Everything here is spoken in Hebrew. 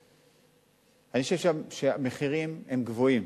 אני חושב שהמחירים הם גבוהים.